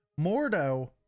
Mordo